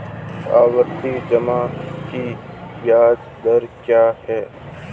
आवर्ती जमा की ब्याज दर क्या है?